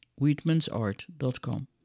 Wheatman'sArt.com